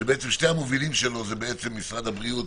ששני המובילים שלו זה משרד הבריאות